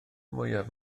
mwyaf